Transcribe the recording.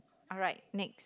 alright next